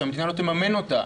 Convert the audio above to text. שהמדינה לא תממן אותה.